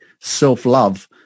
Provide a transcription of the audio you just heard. self-love